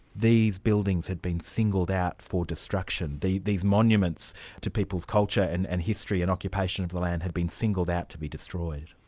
these buildings had been singled out for destruction, these monuments to people's culture and and history and occupation of the land had been singled out to be destroyed.